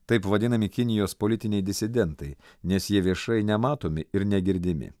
taip vadinami kinijos politiniai disidentai nes jie viešai nematomi ir negirdimi